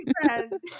friends